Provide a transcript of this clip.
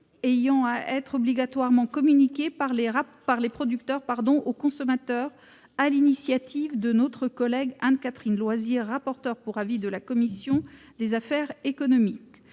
devant obligatoirement être communiquées par les producteurs aux consommateurs, sur l'initiative de notre collègue Anne-Catherine Loisier, rapporteure pour avis de la commission des affaires économiques.